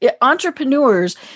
entrepreneurs